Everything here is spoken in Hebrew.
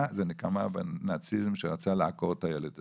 זה נקמה בנאציזם שרצה לעקור את הילד הזה.